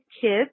kids